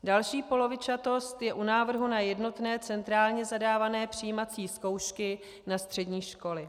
Další polovičatost je u návrhu na jednotné centrálně zadávané přijímací zkoušky na střední školy.